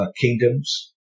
kingdoms